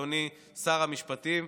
אדוני שר המשפטים,